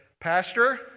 Pastor